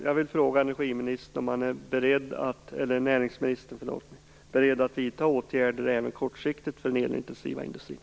Jag vill fråga näringsministern om han är beredd att vidta åtgärder även på kort sikt för den elintensiva industrin.